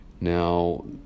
Now